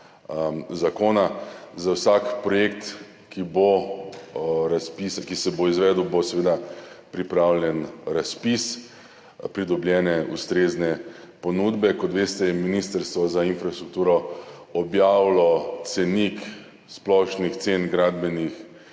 zakona. Za vsak projekt, ki se bo izvedel, bo seveda pripravljen razpis, pridobljene ustrezne ponudbe. Kot veste, je Ministrstvo za infrastrukturo objavilo cenik splošnih cen gradbenih